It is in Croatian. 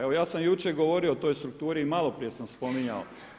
Evo, ja sam jučer govorio o toj strukturi i malo prije sam spominjao.